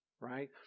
right